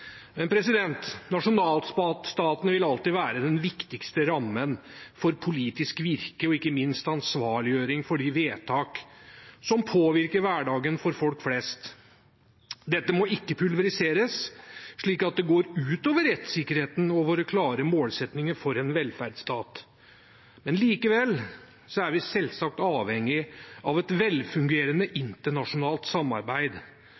ikke minst ansvarliggjøring for de vedtak som påvirker hverdagen for folk flest. Dette må ikke pulveriseres slik at det går ut over rettssikkerheten og våre klare målsettinger for en velferdsstat. Likevel er vi selvsagt avhengig av et velfungerende internasjonalt samarbeid,